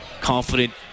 confident